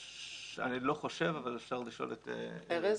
אני לא חושב אבל אפשר לשאול את ארז.